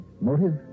Motive